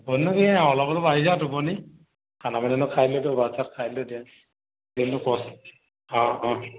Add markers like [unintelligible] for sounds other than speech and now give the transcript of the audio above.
[unintelligible]